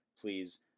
please